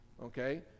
Okay